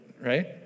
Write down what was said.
right